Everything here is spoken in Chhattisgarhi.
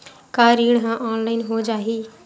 का ऋण ह ऑनलाइन हो जाही?